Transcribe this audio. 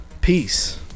peace